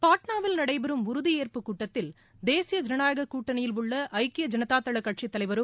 பாட்னாவில் நடைபெறும் உறுதியேற்பு கூட்டத்தில் தேசிய ஜனநாயக கூட்டணியில் உள்ள ஜக்கிய ஜனதா தள கட்சித்தலைவரும்